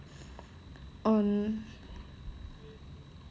um